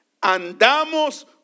andamos